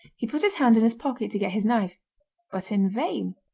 he put his hand in his pocket to get his knife but in vain.